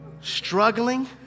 struggling